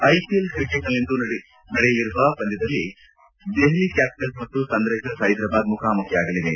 I P L cricket ನಲ್ಲಿಂದು ನಡೆಯಲಿರುವ ಪಂದ್ಯದಲ್ಲಿ ದೆಹಲಿ ಕ್ಕಾಪಿಟಲ್ಸ್ ಮತ್ತು ಸನ್ರೈಸರ್ಸ್ ಹೈದರಾಬಾದ್ ಮುಖಾಮುಖಿಯಾಗಲಿವೆ